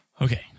Okay